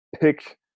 pick